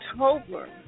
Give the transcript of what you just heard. October